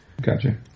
Gotcha